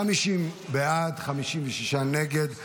50 בעד, 56 נגד.